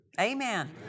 Amen